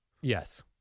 Yes